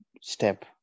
step